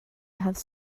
have